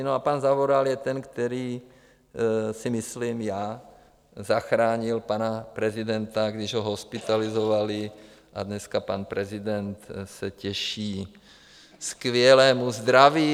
A pan Zavoral je ten, který, si myslím já, zachránil pana prezidenta, když ho hospitalizovali, a dneska se pan prezident těší skvělému zdraví.